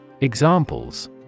Examples